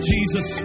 Jesus